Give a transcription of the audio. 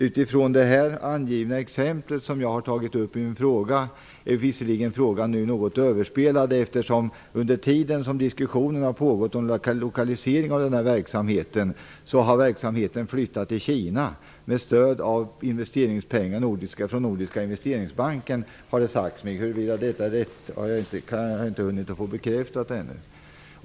Utifrån det angivna exempel som jag har tagit upp i min fråga är det visserligen något överspelat eftersom verksamheten har flyttat till Kina under tiden som diskussionen om lokalisering av verksamheten har pågått. Detta har skett med stöd av pengar från Nordiska investeringsbanken, har det sagts mig. Huruvida detta är rätt har jag inte hunnit att få bekräftat ännu.